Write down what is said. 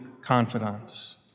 confidants